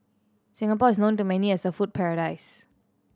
Singapore is known to many as a food paradise